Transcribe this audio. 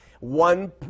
One